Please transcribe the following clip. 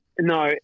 no